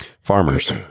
farmers